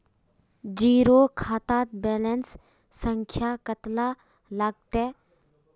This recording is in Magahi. जीरो खाता बैलेंस संख्या कतला लगते?